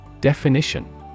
Definition